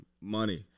money